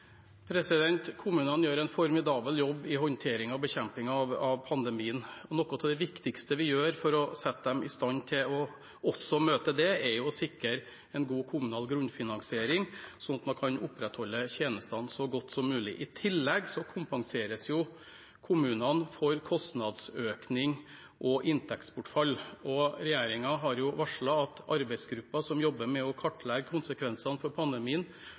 Kommunene gjør en formidabel jobb med håndtering og bekjemping av pandemien. Noe av det viktigste vi gjør for å sette dem i stand til også å møte det, er å sikre en god kommunal grunnfinansiering, sånn at man kan opprettholde tjenestene så godt som mulig. I tillegg kompenseres kommunene for kostnadsøkning og inntektsbortfall. Regjeringen har varslet at arbeidsgruppen som jobber med å kartlegge konsekvensene av pandemien